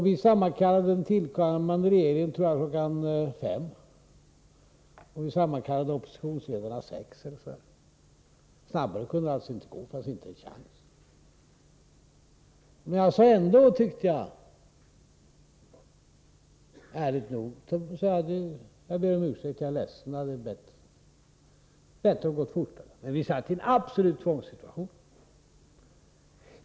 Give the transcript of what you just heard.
Vi sammankallade den tillträdande regeringen — jag tror det var kl. 5— och vi sammankallade oppositionsledarna ungefär kl. 6. Snabbare kunde det inte gå — det fanns inte en chans. Men ärligt nog, tycker jag, bad jag ändå om ursäkt och sade att jag var ledsen. Det hade varit bättre om det gått fortare, men vi var i en absolut tvångssituation.